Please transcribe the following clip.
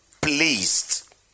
pleased